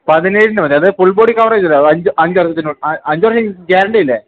പതിനേിന് മതി അത്ുൾൊി കവറേജല്ല അച് അഞ്ച് അറർത്തി അഞ്ച് വർഷം ഗ്യാരണ്ടറ്റില്ലേ